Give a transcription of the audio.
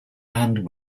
and